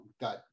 got